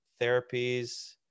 therapies